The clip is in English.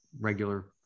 regular